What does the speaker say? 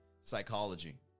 psychology